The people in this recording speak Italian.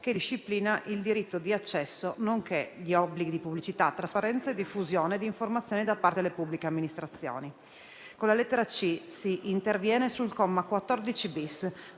che disciplina il diritto di accesso nonché gli obblighi di pubblicità, trasparenza e diffusione di informazioni da parte delle pubbliche amministrazioni. Con la lettera *c)* si interviene sul comma 14-*bis*,